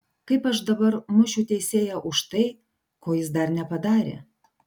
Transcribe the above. kaip aš dabar mušiu teisėją už tai ko jis dar nepadarė